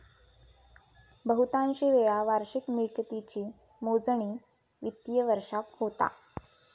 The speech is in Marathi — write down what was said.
बहुतांशी वेळा वार्षिक मिळकतीची मोजणी वित्तिय वर्षाक होता